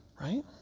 Right